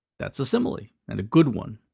that's a simile and a good one.